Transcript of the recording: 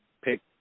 pick